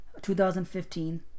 2015